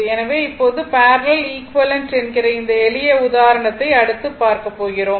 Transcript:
எனவே இப்போது parallel equivalent என்கிற இந்த எளிய உதாரணத்தை அடுத்து பார்க்க போகிறோம்